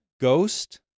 Ghost